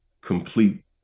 complete